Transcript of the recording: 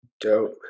dope